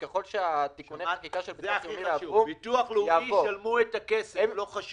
וככל שנידרש נבוא לפה לאישור